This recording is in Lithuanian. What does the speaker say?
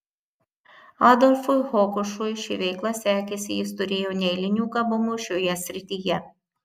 adolfui hokušui ši veikla sekėsi jis turėjo neeilinių gabumų šioje srityje